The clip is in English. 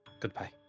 Goodbye